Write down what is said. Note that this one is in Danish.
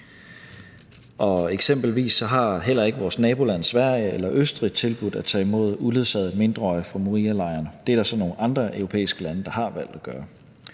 Eksempelvis har heller ikke vores naboland Sverige eller Østrig tilbudt at tage imod uledsagede mindreårige fra Morialejren; det er der så nogle andre europæiske lande der har valgt at gøre.